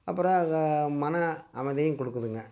அப்பறம் அது மன அமைதியும் கொடுக்குதுங்க